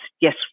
Yes